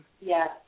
Yes